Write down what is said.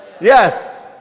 Yes